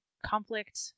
conflict